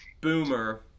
boomer